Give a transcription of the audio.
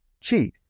Chief